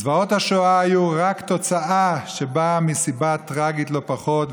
זוועות השואה היו רק תוצאה שבאה מסיבה טרגית לא פחות,